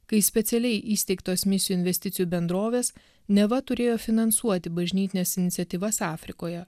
kai specialiai įsteigtos misijų investicijų bendrovės neva turėjo finansuoti bažnytines iniciatyvas afrikoje